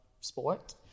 sport